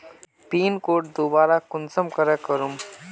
Pin code दोबारा कुंसम करे करूम?